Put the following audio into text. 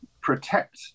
protect